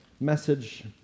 message